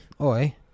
Oi